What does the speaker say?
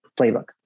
playbook